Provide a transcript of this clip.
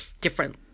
different